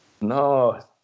No